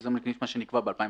שזה מה שנקבע ב-2015,